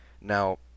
Now